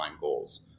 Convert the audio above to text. goals